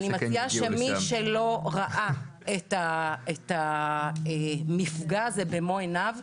אני מציעה שמי שלא ראה את המפגע הזה במו עיניו,